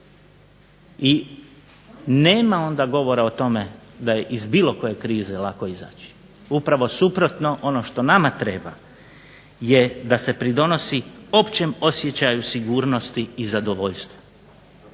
i nema onda govora o tome da je iz bilo koje krize lako izaći, upravo suprotno ono što nama treba je da se pridonosi općem osjećaju sigurnosti i zadovoljstva.